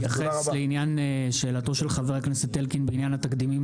אני רוצה להתייחס לשאלתו של חבר הכנסת אלקין לעניין התקדימים,